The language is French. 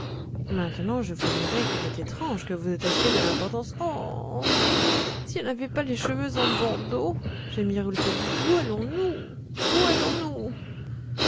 maintenant je vous dirai qu'il est étrange que vous attachiez de l'importance oh si elle n'avait pas les cheveux en bandeaux gémit rouletabille où allons-nous où allons-nous